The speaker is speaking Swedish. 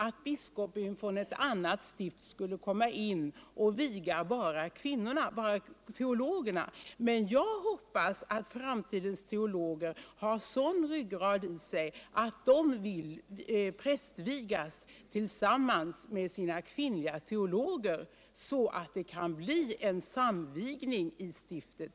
En biskop från ett annat suift skulle komma till Göteborg och viga enbart de kvinnliga teologerna. Men jag hoppas att framtidens manliga teologer kommer att ha en sådan ryggrad att de vill prästvigas tillsammans med sina kvinnliga kolleger, så att det blir en samvigning i stiftet.